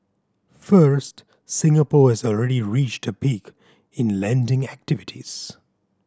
first Singapore has already reached a peak in lending activities